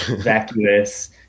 vacuous